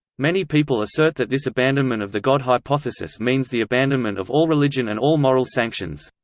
many people assert that this abandonment of the god hypothesis means the abandonment of all religion and all moral sanctions.